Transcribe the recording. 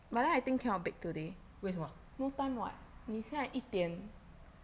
为什么